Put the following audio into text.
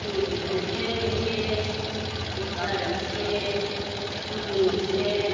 दिनै हाइजें एसे मस्ला एसे रुहुन एसे